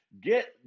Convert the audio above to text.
Get